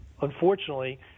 unfortunately